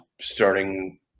starting